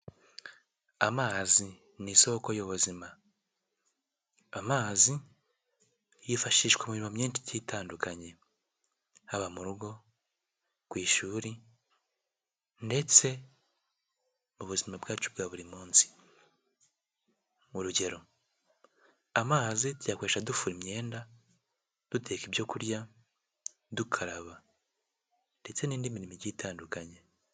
Amazi ni isoko y'ubuzima. Amazi yifashishwa mu mirimo myinshi igiye itandukanye. Haba mu rugo ku ishuri ndetse ubuzima bwacu bwa buri munsi. Urugero, amazi tuyakoresha dufura imyenda duteka ibyokurya dukaraba ndetse n'indi mirimo igiye itandukanye.